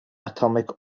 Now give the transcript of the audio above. atomic